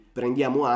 Prendiamo